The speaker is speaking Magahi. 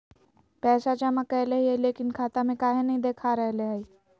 पैसा जमा कैले हिअई, लेकिन खाता में काहे नई देखा रहले हई?